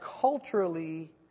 culturally